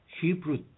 Hebrew